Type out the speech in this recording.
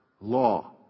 law